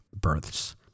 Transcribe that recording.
births